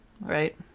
Right